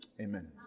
Amen